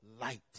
light